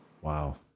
Wow